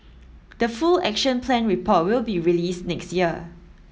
the full Action Plan report will be released next year